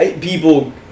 People